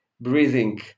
breathing